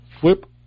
Flip